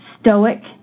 stoic